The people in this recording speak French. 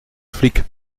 flic